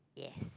yes